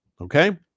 okay